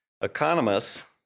Economists